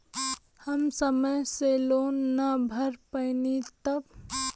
हम समय से लोन ना भर पईनी तब?